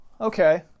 Okay